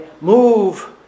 move